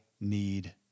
need